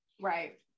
Right